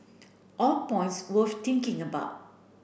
all points worth thinking about